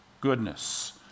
goodness